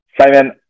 simon